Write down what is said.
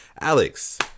Alex